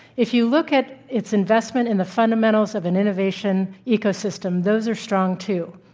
if you look at its investment in the fundamentals of an innovation ecosystem, those are strong, too.